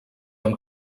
amb